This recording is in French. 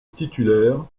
titulaire